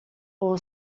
all